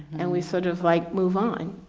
and we sort of like, move on.